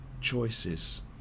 choices